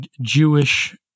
Jewish